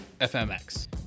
FMX